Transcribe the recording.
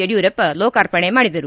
ಯಡಿಯೂರಪ್ಪ ಲೋಕಾರ್ಪಣೆ ಮಾಡಿದರು